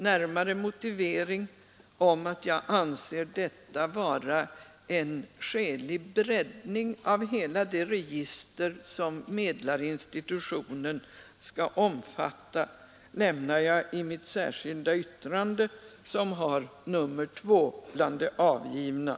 Närmare motivering för att jag anser detta vara en skälig breddning av hela det register som medlarinstitutionen skall omfatta lämnar jag i mitt särskilda yttrande, som har nr 2 bland de avgivna.